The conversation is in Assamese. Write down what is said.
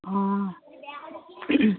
অঁ